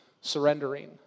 surrendering